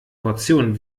portion